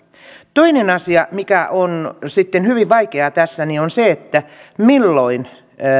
toinen asia mikä on sitten hyvin vaikeaa tässä on se milloin